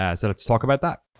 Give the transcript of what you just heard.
yeah so let's talk about that.